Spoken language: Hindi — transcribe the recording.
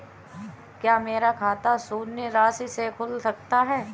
क्या मेरा खाता शून्य राशि से खुल सकता है?